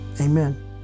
Amen